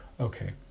Okay